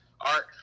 Art